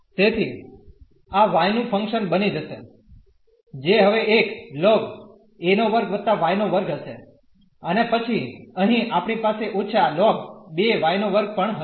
તેથી આ y નું ફંક્શન બની જશે જે હવે એક lna2 y2 હશે અને પછી અહીં આપણી પાસે ઓછા ln પણ હશે